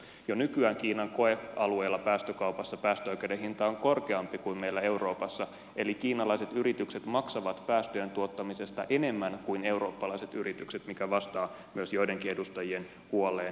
jo nykyään kiinan koealueella päästökaupassa päästöoikeuden hinta on korkeampi kuin meillä euroopassa eli kiinalaiset yritykset maksavat päästöjen tuottamisesta enemmän kuin eurooppalaiset yritykset mikä vastaa myös joidenkin edustajien huoleen hiilivuodosta